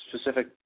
specific